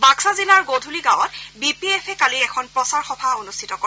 বাক্সা জিলাৰ গধুলি গাঁৱত বি পি এফে কালি এখন প্ৰচাৰ সভা অনুষ্ঠিত কৰে